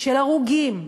של הרוגים,